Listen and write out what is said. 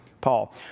Paul